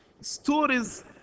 Stories